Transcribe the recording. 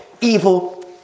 evil